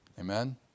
Amen